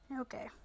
Okay